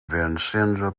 vicenza